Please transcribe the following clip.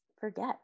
forget